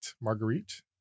Marguerite